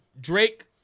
Drake